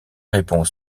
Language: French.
réponses